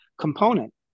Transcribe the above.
component